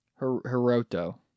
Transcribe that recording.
Hiroto